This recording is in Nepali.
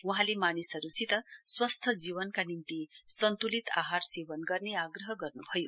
वहाँले मानिसहरूसित स्वस्थ्य जीवनका निम्ति सन्तुलित आहार सेवन गर्ने आग्रह गर्नुभयो